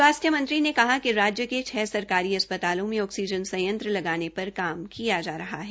स्वास्थ्य मंत्री ने कहा कि राज्य के छ सरकारी अस्पतालों में ऑक्सीजन संयंत्र पर काम किया जा रहा है